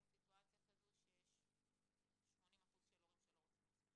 סיטואציה כזו שיש 80% של הורים שלא רוצים מצלמה.